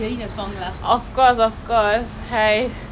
she is oh my god you know how much I love blackpink right